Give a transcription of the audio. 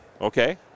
Okay